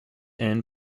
inn